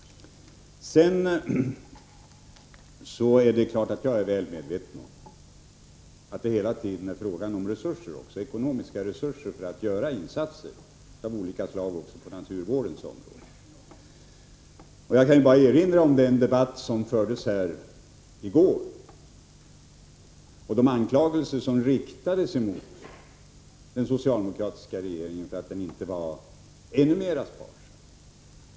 Självfallet är jag väl medveten om att det hela tiden gäller ekonomiska resurser för att göra insatser av olika slag också på naturvårdens område. Jag kan bara erinra om den debatt som fördes här i går och de anklagelser som riktades mot den socialdemokratiska regeringen för att den inte är ännu mer sparsam.